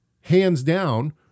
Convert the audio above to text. hands-down